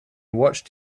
watched